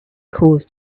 cause